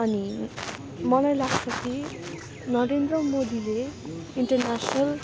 अनि मलाई लाग्छ कि नरेन्द्र मोदीले इन्टरनेसनल